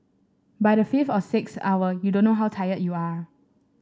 by the fifth or sixth hour you don't know how tired you are